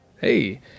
Hey